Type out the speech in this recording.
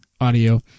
audio